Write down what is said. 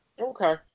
Okay